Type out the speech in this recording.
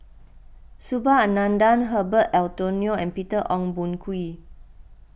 Subhas Anandan Herbert Eleuterio and Peter Ong Boon Kwee